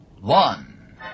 One